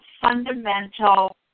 fundamental